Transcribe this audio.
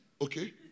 Okay